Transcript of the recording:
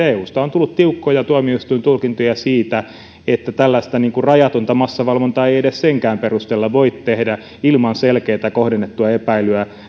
niin että eusta on tullut tiukkoja tuomioistuintulkintoja siitä että tällaista rajatonta massavalvontaa ei ei edes senkään perusteella voi tehdä ilman selkeää kohdennettua epäilyä